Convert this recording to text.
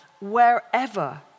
wherever